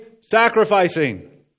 sacrificing